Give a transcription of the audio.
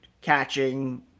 catching